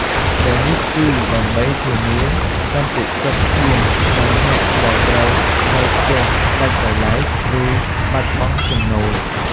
ដែលនេះគឺដើម្បីធានាសន្តិសុខស្បៀងដល់អ្នកដែលត្រូវនៅផ្ទះដាច់ដោយឡែក ឬបាត់បង់ចំណូល។